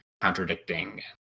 contradicting